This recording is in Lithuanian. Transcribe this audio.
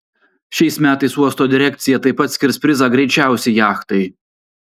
šiais metais uosto direkcija taip pat skirs prizą greičiausiai jachtai